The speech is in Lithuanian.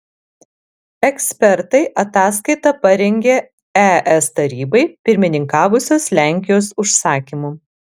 ekspertai ataskaitą parengė es tarybai pirmininkavusios lenkijos užsakymu